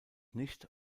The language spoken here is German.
nicht